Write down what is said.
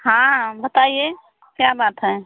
हाँ बताइए क्या बात है